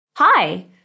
Hi